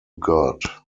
god